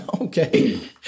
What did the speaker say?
Okay